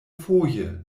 foje